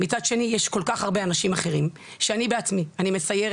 מצד שני יש כל כך הרבה אנשים אחרים שאני רואה כשאני מסיירת